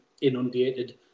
inundated